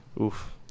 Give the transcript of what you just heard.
Oof